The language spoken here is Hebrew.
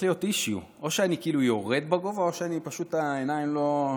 בגובה או שפשוט העיניים לא,